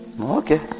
okay